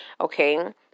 Okay